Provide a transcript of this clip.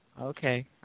Okay